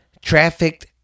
trafficked